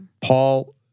Paul